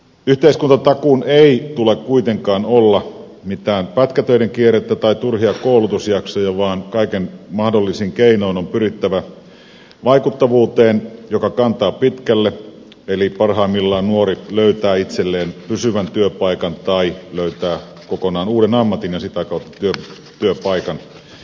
yhteiskuntatakuun ei tule kuitenkaan olla mitään pätkätöiden kierrettä tai turhia koulutusjaksoja vaan kaikin mahdollisin keinoin on pyrittävä vaikuttavuuteen joka kantaa pitkälle eli parhaimmillaan nuori löytää itselleen pysyvän työpaikan tai löytää kokonaan uuden ammatin ja sitä kautta työpaikan